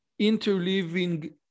interleaving